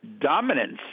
dominance